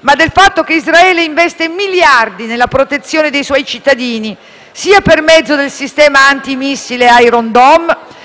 ma del fatto che Israele investe miliardi nella protezione dei suoi cittadini, sia per mezzo del sistema antimissile Irondome,